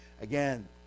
Again